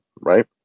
right